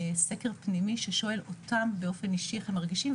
סקר פנימי ששואל אותם באופן אישי איך הם מרגישים,